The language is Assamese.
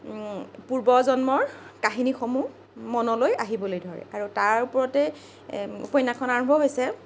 পূূৰ্বজন্মৰ কাহিনীসমূহ মনলৈ আহিবলৈ ধৰে আৰু তাৰ ওপৰতে উপন্যাসখন আৰম্ভ হৈছে